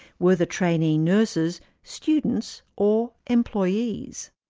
were the trainee nurses students or employees?